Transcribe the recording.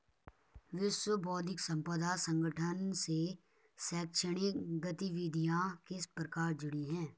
विश्व बौद्धिक संपदा संगठन से शैक्षणिक गतिविधियां किस प्रकार जुड़ी हैं?